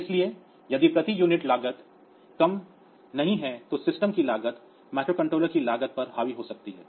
इसलिए यदि प्रति यूनिट लागत कम नहीं है तो सिस्टम की लागत माइक्रोकंट्रोलर की लागत पर हावी हो सकती है